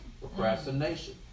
procrastination